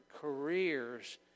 careers